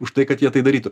už tai kad jie tai darytų